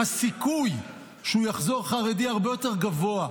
הסיכוי שהוא יחזור חרדי הרבה יותר גבוה.